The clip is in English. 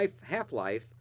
half-life